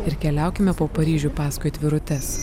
ir keliaukime po paryžių paskui atvirutes